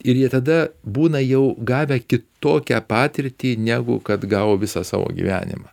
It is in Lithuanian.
ir jie tada būna jau gavę kitokią patirtį negu kad gavo visą savo gyvenimą